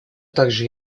также